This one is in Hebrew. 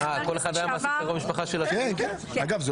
חבר הכנסת לשעבר --- כל אחד היה מעסיק קרוב משפחה של השני?